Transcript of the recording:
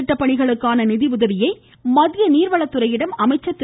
திட்டப்பணிகளுக்கான நிதியுதவியை மத்திய நீர்வளத்துறையிடம் அமைச்சர் திரு